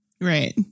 Right